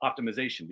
optimization